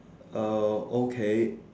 uh okay